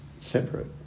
separate